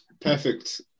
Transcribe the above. perfect